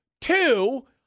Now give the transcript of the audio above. Two